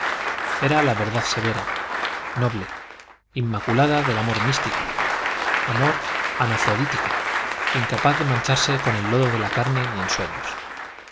era la verdad severa noble inmaculada del amor místico amor anafrodítico incapaz de mancharse con el lodo de la carne ni en sueños